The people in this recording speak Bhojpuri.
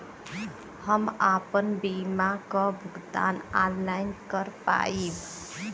हम आपन बीमा क भुगतान ऑनलाइन कर पाईब?